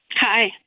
Hi